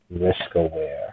risk-aware